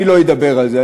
אני לא אדבר על זה,